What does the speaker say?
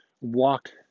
walked